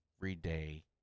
everyday